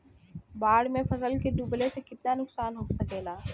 बाढ़ मे फसल के डुबले से कितना नुकसान हो सकेला?